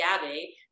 Gabby